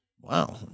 Wow